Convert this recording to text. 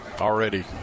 already